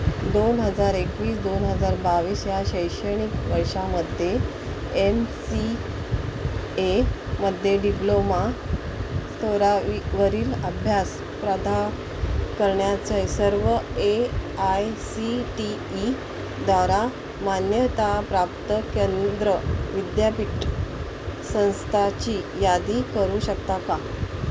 दोन हजार एकवीस दोन हजार बावीस या शैक्षणिक वर्षामध्ये एम सी एमध्ये डिप्लोमा स्तरावी वरील अभ्यास प्रदान करण्याचे सर्व ए आय सी टी ईद्वारा मान्यताप्राप्त केंद्र विद्यापीठ संस्थांची यादी करू शकता का